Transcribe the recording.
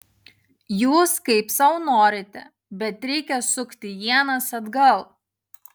jūs kaip sau norite bet reikia sukti ienas atgal